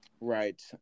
Right